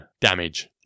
Damage